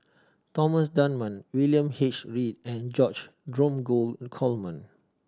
Thomas Dunman William H Read and George Dromgold Coleman